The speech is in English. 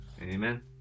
Amen